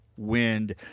wind